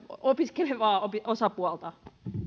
opiskelevaa osapuolta